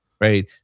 right